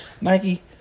Nike